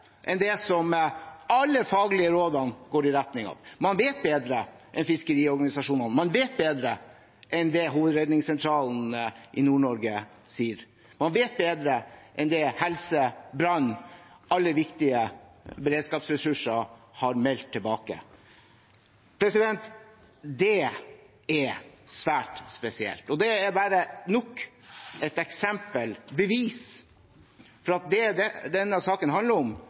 som alle faglige råd går i retning av. Man vet bedre enn fiskeriorganisasjonene, man vet bedre enn det Hovedredningssentralen i Nord-Norge sier, man vet bedre enn det helse-, brann- og alle andre viktige beredskapsressurser har meldt tilbake. Det er svært spesielt, og det er bare nok et eksempel, et bevis på at det denne saken handler om,